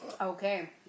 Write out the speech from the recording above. Okay